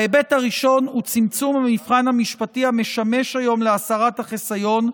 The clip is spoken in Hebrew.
ההיבט הראשון הוא צמצום המבחן המשפטי המשמש היום להסרת החיסיון,